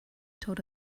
told